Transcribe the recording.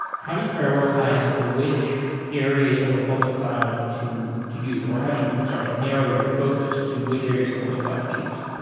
how do you prioritize which areas of a public cloud to to use or how do you sorry. narrow your focus to which areas of public cloud to choose?